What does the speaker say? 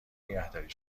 نگهداری